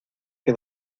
que